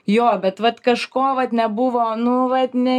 jo bet vat kažko vat nebuvo nu vat ne